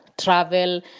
travel